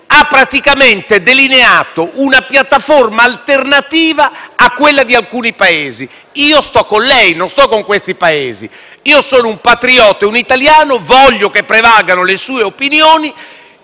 ha praticamente delineato una piattaforma alternativa a quella di alcuni Paesi. Io sto con lei, non sto con quei Paesi. Sono un patriota e un italiano e voglio che prevalgano le sue opinioni.